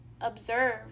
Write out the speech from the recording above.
Observe